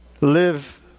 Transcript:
live